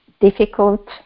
difficult